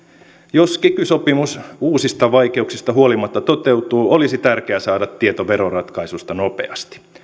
jos kiky sopimus uusista vaikeuksista huolimatta toteutuu olisi tärkeää saada tieto veroratkaisusta nopeasti